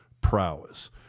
prowess